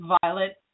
Violet